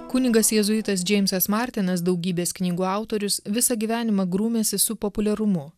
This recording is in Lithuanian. kunigas jėzuitas džeimsas martinas daugybės knygų autorius visą gyvenimą grūmėsi su populiarumu